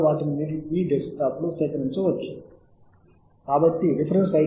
వాటిని ఎగుమతి చేయడానికి ఇప్పుడు ప్రక్రియ ఏమిటి